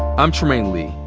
i'm trymaine lee,